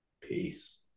peace